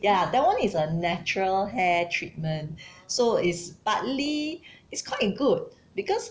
ya that [one] is a natural hair treatment so it's partly it's quite good because